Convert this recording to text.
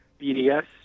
BDS